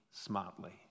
smartly